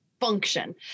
function